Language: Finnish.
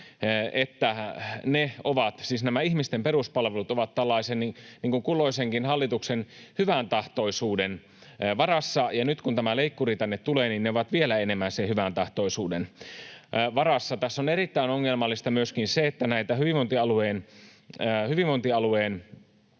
että nämä ihmisten peruspalvelut ovat kulloisenkin hallituksen hyväntahtoisuuden varassa. Ja nyt, kun tämä leikkuri tänne tulee, ne ovat vielä enemmän sen hyväntahtoisuuden varassa. Tässä on erittäin ongelmallista myöskin se, että näitä hyvinvointialueen